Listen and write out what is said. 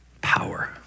power